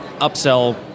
upsell